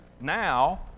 now